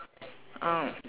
um